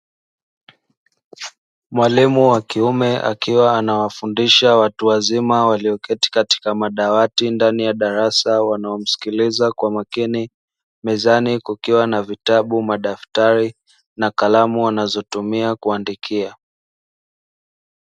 Mwalimu wa kiume akiwa anawafundisha watu wazima walioketi katika madawati ndani ya darasa wanaomsikiliza kwa makini. Mezani kukiwa na: vitabu, madaftari na kalamu wanazotumia kuandikia.